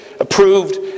approved